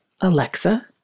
Alexa